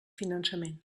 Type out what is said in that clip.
finançament